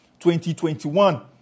2021